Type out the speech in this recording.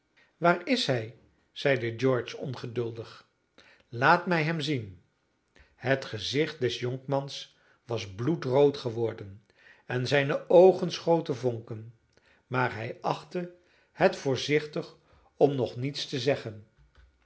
waar is hij zeide george ongeduldig laat mij hem zien het gezicht des jonkmans was bloedrood geworden en zijne oogen schoten vonken maar hij achtte het voorzichtig om nog niets te zeggen